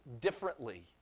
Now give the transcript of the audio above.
differently